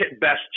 best